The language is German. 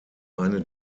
eine